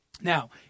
Now